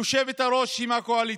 היושבת-ראש היא מהקואליציה,